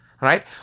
right